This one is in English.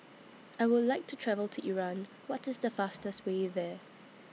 I Would like to travel to Iran What IS The fastest Way There